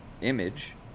image